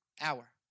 hour